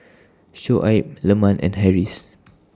Shoaib Leman and Harris